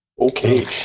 Okay